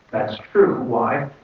that's true. why?